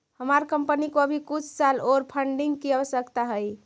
हमार कंपनी को अभी कुछ साल ओर फंडिंग की आवश्यकता हई